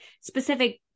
specific